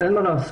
אין מה לעשות,